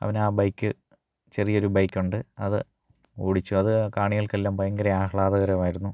അവനാ ബൈക്ക് ചെറിയൊര് ബൈക്കുകൊണ്ട് അത് ഓടിച്ചു അത് കാണികള്ക്കെല്ലാം ഭയങ്കര ആഹ്ളാദകരമായിരുന്നു